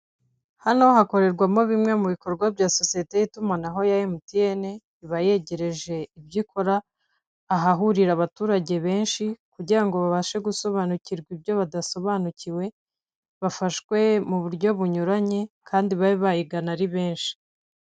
Hano hakorerwamo bimwe mu bikorwa bya sosiyete y' itumanaho ya emutiyene, iba yegereje ibyo ikora ahahurira abaturage benshi, kugira ngo babashe gusobanukirwa ibyo badasobanukiwe, bafashwe mu buryo bunyuranye, kandi babe bayigana ari benshi.